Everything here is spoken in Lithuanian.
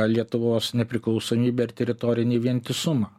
lietuvos nepriklausomybę ir teritorinį vientisumą